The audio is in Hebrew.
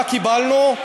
מה קיבלנו?